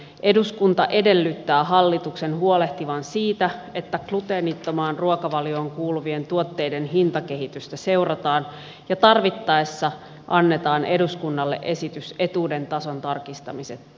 eduskunta edellyttää hallituksen huolehtivan siitä että gluteenittomaan ruokavalioon kuuluvien tuotteiden hintakehitystä seurataan ja tarvittaessa annetaan eduskunnalle esitys etuuden tason tarkistamiseksi